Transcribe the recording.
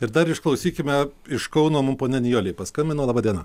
ir dar išklausykime iš kauno mum ponia nijolė paskambino laba diena